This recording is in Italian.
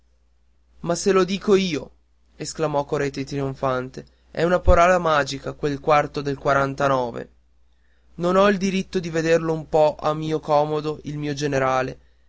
ma se lo dico io esclamò coretti trionfante è una parola magica quel quarto del quarantanove non ho diritto di vederlo un po a mio comodo il mio generale